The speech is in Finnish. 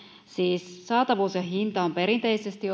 siis saatavuus ja hinta ovat perinteisesti